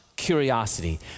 curiosity